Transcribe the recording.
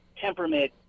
temperament